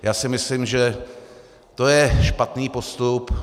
Já si myslím, že to je špatný postup.